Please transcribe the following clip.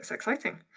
exciting.